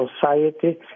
society